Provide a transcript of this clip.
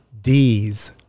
Ds